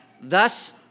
Thus